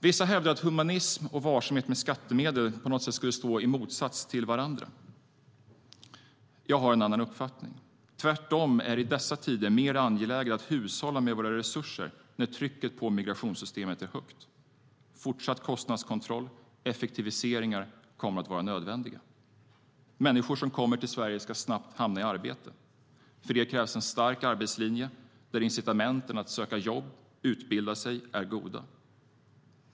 Vissa menar att humanism och varsamhet med skattemedel på något sätt skulle stå i motsats till varandra. Jag har en annan uppfattning. Tvärtom är det i dessa tider mer angeläget att hushålla med våra resurser när trycket på migrationssystemet är högt. Fortsatt kostnadskontroll och effektiviseringar kommer att vara nödvändiga. Människor som kommer till Sverige ska snabbt komma i arbete. För det krävs en stark arbetslinje där incitamenten att söka jobb och utbilda sig är goda.